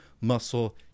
muscle